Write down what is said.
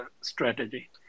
strategy